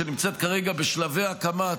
שנמצאת כרגע בשלבי הקמה,